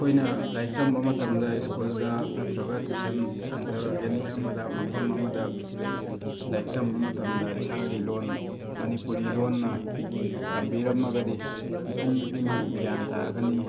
ꯑꯩꯈꯣꯏꯅ ꯂꯥꯏꯔꯤꯛ ꯇꯝꯕ ꯃꯇꯝꯗ ꯁ꯭ꯀꯨꯜꯗ ꯅꯠꯇ꯭ꯔꯒ ꯇꯨꯏꯁꯟ ꯁꯦꯟꯇꯔ ꯑꯦꯅꯤ ꯑꯃꯗ ꯃꯐꯝ ꯑꯃꯗ ꯂꯥꯏꯔꯤꯛ ꯇꯝꯕ ꯃꯇꯝꯗ ꯏꯁꯥꯒꯤ ꯂꯣꯟ ꯃꯅꯤꯄꯨꯔꯤ ꯂꯣꯟꯅ ꯇꯝꯕꯤꯔꯝꯃꯒꯗꯤ ꯃꯤꯄꯨꯝ ꯈꯨꯗꯤꯡꯃꯛ ꯒ꯭ꯌꯥꯟ ꯇꯥꯒꯅꯤ